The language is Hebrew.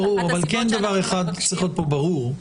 דבר אחד צריך להיות ברור,